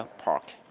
ah park,